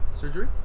surgery